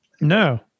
No